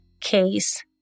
case